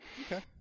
Okay